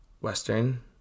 western